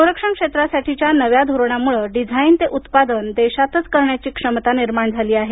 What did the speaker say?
संरक्षण क्षेत्रसाठीच्या नव्या धोरणामुळे डिझाइन ते उत्पादन देशातच करण्याची क्षमता निर्माण झाली आहे